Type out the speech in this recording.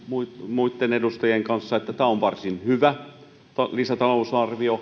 muitten edustajien kanssa että tämä on varsin hyvä lisätalousarvio